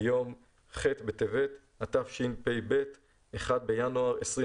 ביום כ"ח בטבת התשפ"ב (1 בינואר 2022)